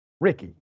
Ricky